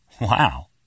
wow